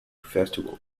festival